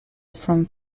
from